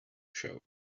show